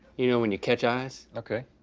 you know when you catch eyes. okay.